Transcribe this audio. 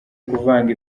kuvanga